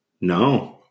No